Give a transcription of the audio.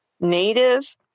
native